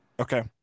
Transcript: Okay